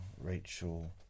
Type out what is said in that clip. Rachel